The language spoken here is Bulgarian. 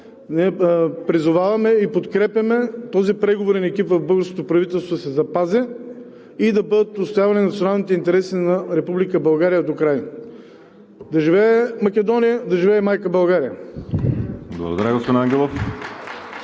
ни – призоваваме и подкрепяме този преговорен език в българското правителство да се запази и да бъдат отстоявани националните интереси на Република България докрай. Да живее Македония! Да живее Майка България!